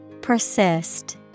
Persist